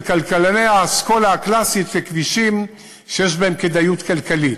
כלכלני האסכולה הקלאסית ככבישים שיש בהם כדאיות כלכלית.